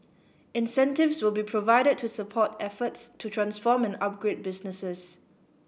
incentives will be provided to support efforts to transform and upgrade businesses